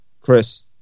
Chris